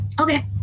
Okay